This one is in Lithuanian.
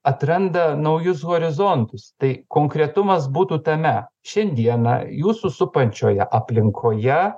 atranda naujus horizontus tai konkretumas būtų tame šiandieną jūsų supančioje aplinkoje